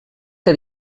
que